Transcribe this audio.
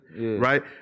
right